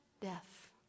death